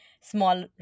small